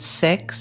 six